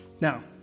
Now